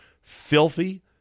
Filthy